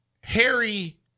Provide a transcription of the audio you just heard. Harry